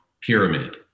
pyramid